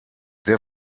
der